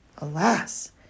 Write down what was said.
Alas